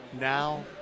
now